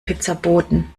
pizzaboten